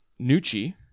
Nucci